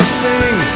sing